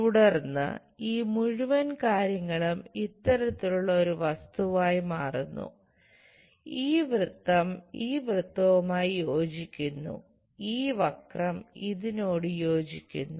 തുടർന്ന് ഈ മുഴുവൻ കാര്യങ്ങളും ഇത്തരത്തിലുള്ള ഒരു വസ്തുവായി മാറുന്നു ഈ വൃത്തം ഈ വൃത്തവുമായി യോജിക്കുന്നു ഈ വക്രം ഇതിനോട് യോജിക്കുന്നു